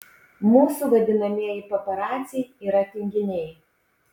mūsų vadinamieji paparaciai yra tinginiai